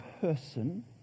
person